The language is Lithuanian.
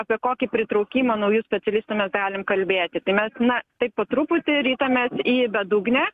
apie kokį pritraukimą naujų specialistų mes galim kalbėti tai mes na taip po truputį ritamės į bedugnę